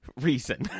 reason